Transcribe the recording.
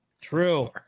True